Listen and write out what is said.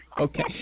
Okay